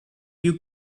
you